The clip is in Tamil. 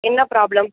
என்ன ப்ராப்ளம்